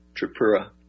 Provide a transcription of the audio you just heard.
Tripura